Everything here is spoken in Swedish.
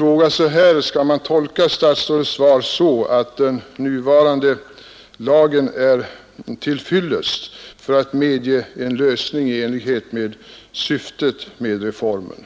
jag om man skall tolka detta så, att statsrådet anser att nuvarande lag är till fyllest för att medge en lösning i enlighet med syftet med reformen.